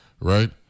right